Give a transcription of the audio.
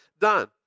done